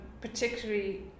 particularly